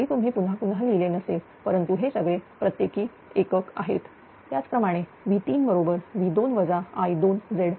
जरी तुम्ही पुन्हा पुन्हा लिहिले नसेल परंतु हे सगळे प्रत्येकी एकक आहेत त्याचप्रमाणे V3 बरोबर V2 I2 Z2